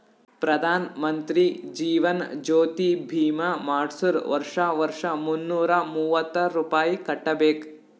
ಪ್ರಧಾನ್ ಮಂತ್ರಿ ಜೀವನ್ ಜ್ಯೋತಿ ಭೀಮಾ ಮಾಡ್ಸುರ್ ವರ್ಷಾ ವರ್ಷಾ ಮುನ್ನೂರ ಮೂವತ್ತ ರುಪಾಯಿ ಕಟ್ಬಬೇಕ್